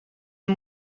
een